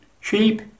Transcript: sheep